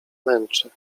męczy